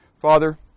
Father